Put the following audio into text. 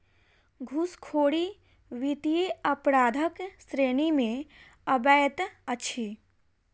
घूसखोरी वित्तीय अपराधक श्रेणी मे अबैत अछि